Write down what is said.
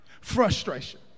Frustration